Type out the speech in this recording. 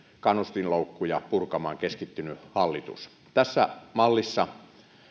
kannustinloukkuja purkamaan keskittynyt hallitus tässä mallissa